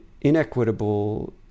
inequitable